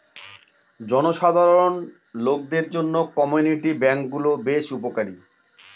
জনসাধারণ লোকদের জন্য কমিউনিটি ব্যাঙ্ক গুলো বেশ উপকারী